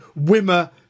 Wimmer